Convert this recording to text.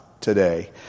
today